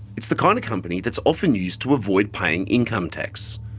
it's the kind of company that's often used to avoid paying income tax.